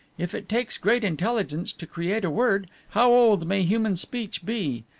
if it takes great intelligence to create a word, how old may human speech be?